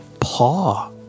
paw